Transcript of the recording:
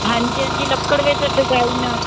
ਹਾਂਜੀ ਹਾਂਜੀ ਲੱਕੜ ਵਿੱਚ ਡਿਜ਼ਾਈਨ ਆ